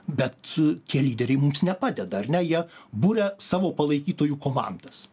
bet tie lyderiai mums nepadeda ar ne jie buria savo palaikytojų komandas